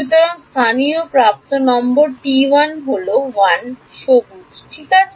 সুতরাং স্থানীয় প্রান্ত নম্বর হল 1 সবুজ ঠিক আছে